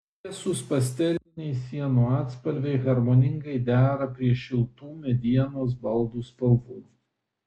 šviesūs pasteliniai sienų atspalviai harmoningai dera prie šiltų medienos baldų spalvų